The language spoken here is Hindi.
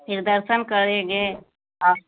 फिर दर्शन करेंगे और